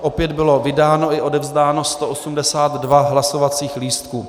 Opět bylo vydáno i odevzdáno 182 hlasovacích lístků.